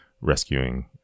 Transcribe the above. rescuing